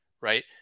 Right